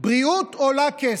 בריאות עולה כסף.